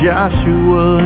Joshua